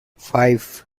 five